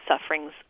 sufferings